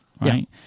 right